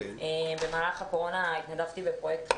במהלך הקורונה התנדבתי בפרויקט של